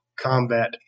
combat